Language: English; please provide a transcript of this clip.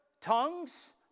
tongues